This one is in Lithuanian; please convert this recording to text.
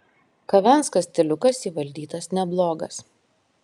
kavenskas stiliukas įvaldytas neblogas